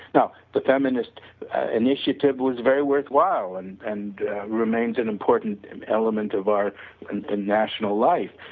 now the feminist initiative was very worthwhile and and remained an important and element of our and national life.